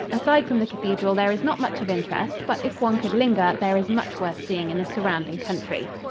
aside from the cathedral there is not much of interest, but if one could linger there is much worth seeing in the surrounding country.